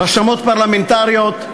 רשמות פרלמנטריות,